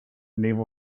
naval